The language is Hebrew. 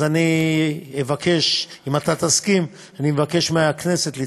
אז אני אבקש מהכנסת,